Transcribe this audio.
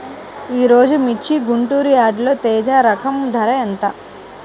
ఈరోజు మిర్చి గుంటూరు యార్డులో తేజ రకం ధర ఎంత?